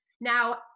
Now